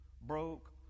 broke